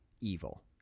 evil